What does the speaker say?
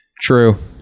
True